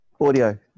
Audio